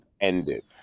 ended